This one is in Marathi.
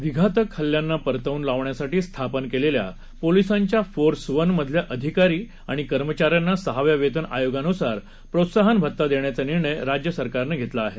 विघातक हल्ल्यांना परतवून लावण्यासाठी स्थापन केलेल्या पोलिसांच्या फोर्स वन मधल्या अधिकारी आणिकर्मचाऱ्यांना सहाव्या वेतन आयोगानुसार प्रोत्साहन भत्ता देण्याचा निर्णय राज्यसरकारनं घेतला आहे